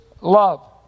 love